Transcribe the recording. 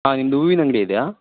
ಹಾಂ ನಿಮ್ಮದು ಹೂವಿನ ಅಂಗಡಿ ಇದೆಯಾ